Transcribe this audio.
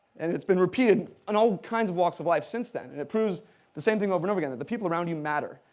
and it's been repeated in and all kinds of walks of life since then, and it proves the same thing over and again, that the people around you matter,